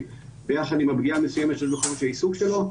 ביחד עם הפגיעה המסוימת של העיסוק שלו,